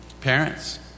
Parents